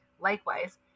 Likewise